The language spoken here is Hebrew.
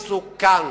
מסוכן.